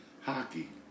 hockey